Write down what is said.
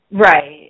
Right